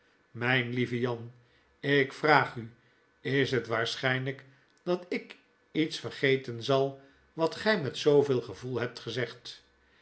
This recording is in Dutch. mp lieve jan ik vraag u is het waarschpiyk dat ik iets vergeten zal wat gij met zooveel gevoel hebt gezegd